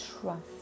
trust